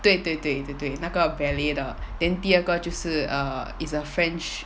对对对对对那个 ballet 的 then 第二个就是 err is a french